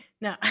no